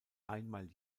einmal